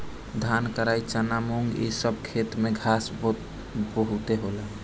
धान, कराई, चना, मुंग इ सब के खेत में घास बहुते होला